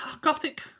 gothic